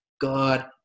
God